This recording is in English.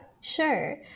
sure